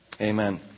amen